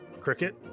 Cricket